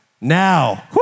now